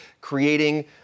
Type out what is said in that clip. creating